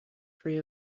free